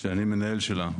שאני מנהל שלה.